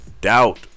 Doubt